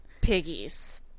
piggies